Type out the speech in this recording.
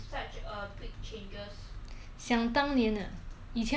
以前我用 internet 的时候还需要用那个电话的 cable 在那边